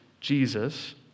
Jesus